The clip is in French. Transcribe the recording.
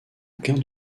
aucun